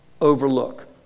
overlook